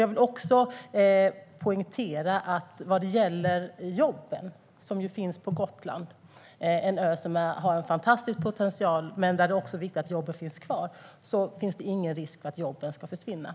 Vad gäller de jobb som finns på Gotland, en ö som har fantastisk potential men där det är viktigt att jobben finns kvar, vill jag poängtera att det inte finns någon risk för att dessa försvinner.